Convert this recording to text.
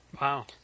Wow